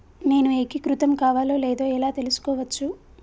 నేను ఏకీకృతం కావాలో లేదో ఎలా తెలుసుకోవచ్చు?